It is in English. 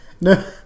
no